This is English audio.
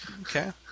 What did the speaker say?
Okay